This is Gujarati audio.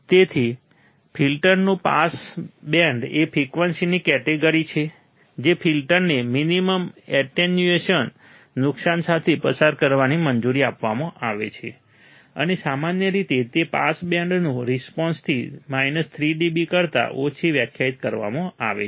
તેથી ફિલ્ટરનું પાસ બેન્ડ એ ફ્રિકવન્સીની કેટેગરી છે જે ફિલ્ટરને મિનિમમ એટેન્યુએશન નુકશાન સાથે પસાર કરવાની મંજૂરી આપવામાં આવે છે અને સામાન્ય રીતે તે પાસ બેન્ડનો રિસ્પોન્સથી 3dB કરતાં ઓછી વ્યાખ્યાયિત કરવામાં આવે છે